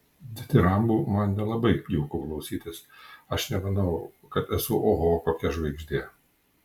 ditirambų man nelabai jauku klausytis aš nemanau kad esu oho kokia žvaigždė